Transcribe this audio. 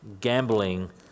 gambling